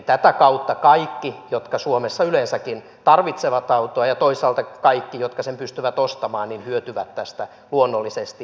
tätä kautta kaikki jotka suomessa yleensäkin tarvitsevat autoa ja toisaalta kaikki jotka sen pystyvät ostamaan hyötyvät tästä luonnollisesti